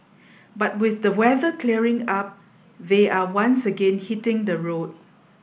but with the weather clearing up they are once again hitting the road